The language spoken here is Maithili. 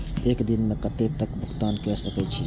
एक दिन में कतेक तक भुगतान कै सके छी